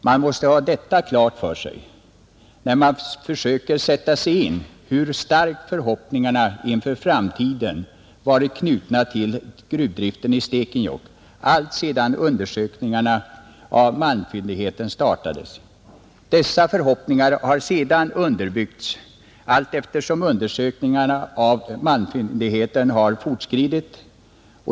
Man måste ha detta klart för sig när man försöker sätta sig in i hur starkt förhoppningarna inför framtiden varit knutna till gruvdriften i Stekenjokk alltsedan undersökningar av malmfyndigheten startade. Dessa förhoppningar har sedan underbyggts allteftersom undersökningarna av malmfyndigheterna fortskridit.